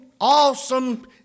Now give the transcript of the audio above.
awesome